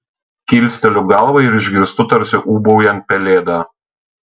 kilsteliu galvą ir išgirstu tarsi ūbaujant pelėdą